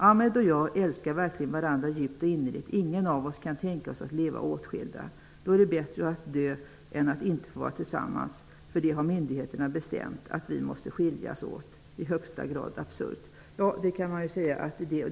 Ahmed och jag älskar verkligen varann djupt och innerligt, ingen av oss kan tänka oss att leva åtskilda. Då är det bättre att dö än att inte få vara tillsammans för det har myndigheterna bestämt, att vi måste skiljas åt. I högsta grad absurt.'' Ja, det kan man ju säga att det är.